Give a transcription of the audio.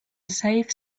save